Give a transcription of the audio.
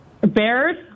Bears